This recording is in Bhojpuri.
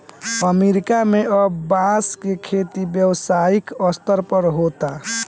अफ्रीका में अब बांस के खेती व्यावसायिक स्तर पर होता